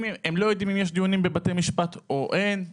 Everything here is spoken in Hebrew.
הם לא יודעים אם יש דיונים בבתי משפט או אין.